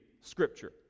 Scripture